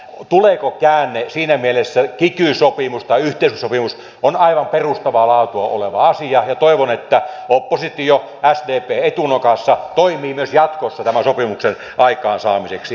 tuleeko käänne siinä mielessä kiky sopimus yhteiskuntasopimus on aivan perustavaa laatua oleva asia ja toivon että oppositio sdp etunokassa toimii myös jatkossa tämän sopimuksen aikaansaamiseksi